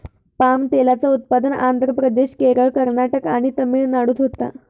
palm तेलाचा उत्पादन आंध्र प्रदेश, केरळ, कर्नाटक आणि तमिळनाडूत होता